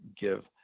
give